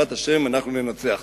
בעזרת השם אנחנו ננצח.